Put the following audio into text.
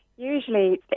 Usually